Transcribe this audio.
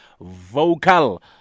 Vocal